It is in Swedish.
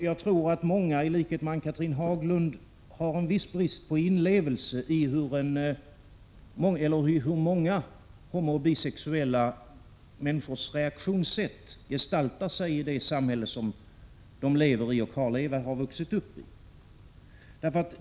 Jag tror att många i likhet med Ann-Cathrine Haglund har en viss brist på Lagstiftningsåtgärder inlevelse i hur många homooch bisexuella människors reaktionssätt motspridningen av gestaltar sig i det samhälle som de lever i och har vuxit upp i.